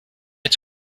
its